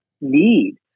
need